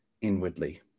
inwardly